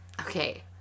okay